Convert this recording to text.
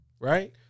right